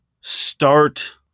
start